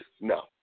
No